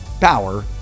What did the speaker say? power